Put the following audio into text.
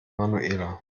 manuela